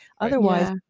Otherwise